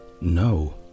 No